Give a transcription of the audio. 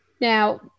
Now